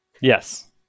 Yes